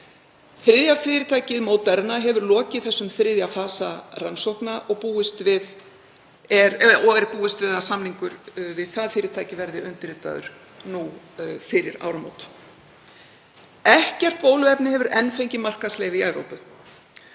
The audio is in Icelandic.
Þriðja fyrirtækið, Moderna, hefur lokið þessum þriðja fasa rannsókna og er búist við að samningur við það fyrirtæki verði undirritaður fyrir áramót. Ekkert bóluefni hefur enn fengið markaðsleyfi í Evrópu